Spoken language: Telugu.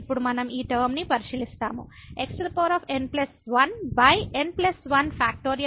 ఇప్పుడు మనం ఈ టర్మ ని పరిశీలిస్తాము xn1n1